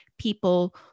People